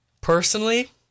personally